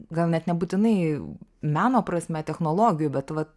gal net nebūtinai meno prasme technologijų bet vat